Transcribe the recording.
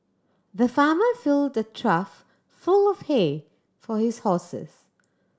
the farmer filled the trough full of hay for his horses